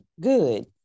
Good